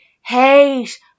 hate